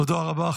תודה רבה.